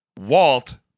Walt